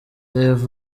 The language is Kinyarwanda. rev